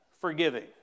forgiving